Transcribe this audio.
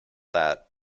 that